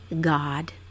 god